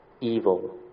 evil